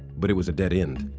but it was a dead end,